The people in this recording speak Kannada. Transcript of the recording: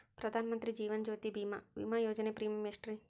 ಪ್ರಧಾನ ಮಂತ್ರಿ ಜೇವನ ಜ್ಯೋತಿ ಭೇಮಾ, ವಿಮಾ ಯೋಜನೆ ಪ್ರೇಮಿಯಂ ಎಷ್ಟ್ರಿ?